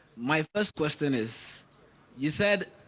my first question is you said?